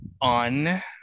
on